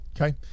okay